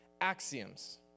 axioms